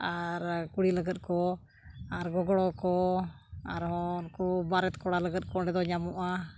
ᱟᱨ ᱠᱩᱲᱤ ᱞᱟᱹᱜᱤᱫ ᱠᱚ ᱟᱨ ᱜᱚᱜᱚ ᱠᱚ ᱟᱨᱦᱚᱸ ᱩᱱᱠᱩ ᱵᱟᱨᱮᱛ ᱠᱚᱲᱟ ᱞᱟᱹᱜᱤᱫ ᱠᱚ ᱚᱸᱰᱮ ᱫᱚ ᱧᱟᱢᱚᱜᱼᱟ